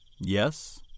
Yes